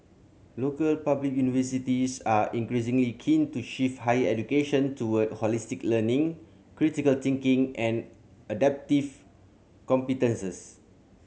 local public universities are increasingly keen to shift higher education toward holistic learning critical thinking and adaptive competences